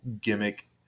gimmick